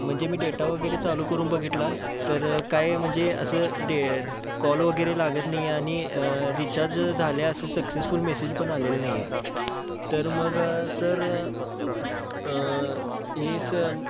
म्हणजे मी डेटा वगैरे चालू करून बघितला तर काय म्हणजे असं डे कॉल वगैरे लागत नाही आहे आणि रिचार्ज झाले असं सक्सेसफुल मेसेज पण आलेलं नाही आहे तर मग सर हेच